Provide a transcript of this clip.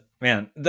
man